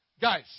Guys